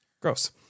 gross